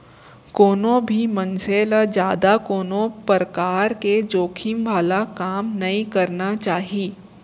कोनो भी मनसे ल जादा कोनो परकार के जोखिम वाला काम नइ करना चाही